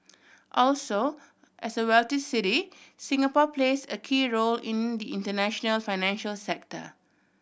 also as a wealthy city Singapore plays a key role in the international financial sector